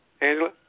Angela